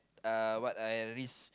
uh what I risk